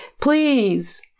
Please